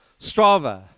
Strava